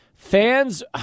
Fans